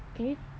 can you